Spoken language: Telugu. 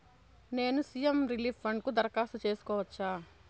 నేను సి.ఎం రిలీఫ్ ఫండ్ కు దరఖాస్తు సేసుకోవచ్చా?